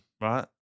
right